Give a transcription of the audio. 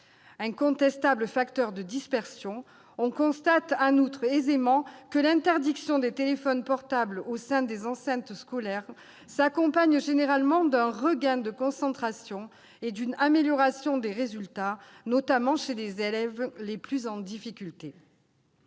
profite pas à l'instruction. On constate aisément que l'interdiction des téléphones portables au sein des enceintes scolaires s'accompagne généralement d'un regain de concentration et d'une amélioration des résultats, notamment chez les élèves les plus en difficulté.